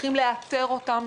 צריכים לאתר אותם,